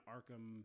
Arkham